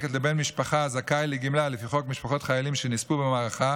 שמוענקת לבן משפחה הזכאי לגמלה לפי חוק משפחות חיילים שנספו במערכה